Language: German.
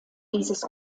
dieses